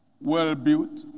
well-built